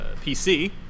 PC